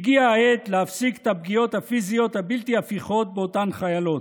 הגיעה העת להפסיק את הפגיעות הפיזיות הבלתי-הפיכות באותן חיילות.